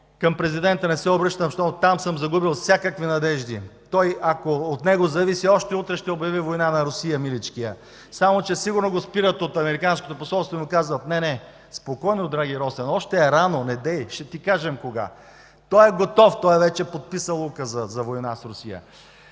Към президента не се обръщам, защото там съм загубил всякакви надежди. Ако от него зависи, той още утре ще обяви война на Русия, миличкият. Само че сигурно го спират от американското посолство и му казват: „Не, не, спокойно, драги Росене! Още е рано, недей! Ще ти кажем кога.” Той е готов, той вече е подписал указа за война с Русия.